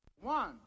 One